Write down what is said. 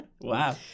Wow